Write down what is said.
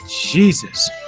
Jesus